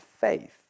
faith